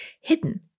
hidden